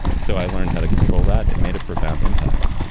so, i learned how to control that. it made a profound impact